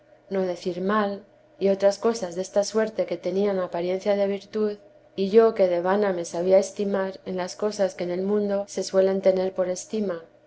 no decir mal y otras cosas desta suerte que tenían apariencia de virtud y yo que de vana me sabía estimar en las cosas que en el mundo se suelen tener por estima